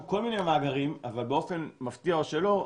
כל מיני מאגרים אבל באופן מפתיע או שלא,